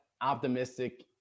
optimistic